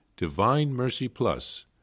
divinemercyplus